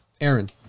aaron